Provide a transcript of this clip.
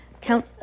Count